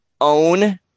own